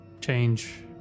change